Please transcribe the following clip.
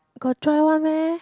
got dried one meh